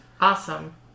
Awesome